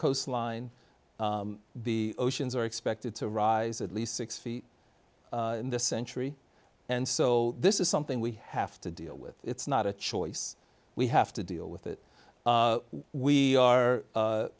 coastline the oceans are expected to rise at least six feet in this century and so this is something we have to deal with it's not a choice we have to deal with it we are